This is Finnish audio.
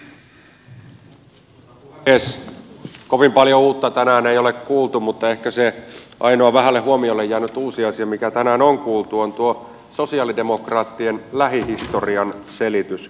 kovin paljon uutta tänään ei ole kuultu mutta ehkä se ainoa vähälle huomiolle jäänyt uusi asia mikä tänään on kuultu on tuo sosialidemokraattien lähihistorian selitys